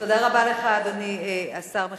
תודה רבה לך, אדוני השר מיכאל איתן.